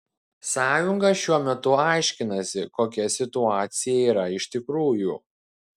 sąjunga šiuo metu aiškinasi kokia situacija yra iš tikrųjų